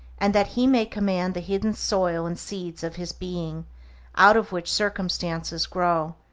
and that he may command the hidden soil and seeds of his being out of which circumstances grow,